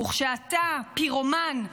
וכשאתה פירומן,